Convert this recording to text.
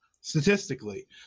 statistically